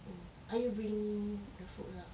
oh are you bringing the food lah ya that is my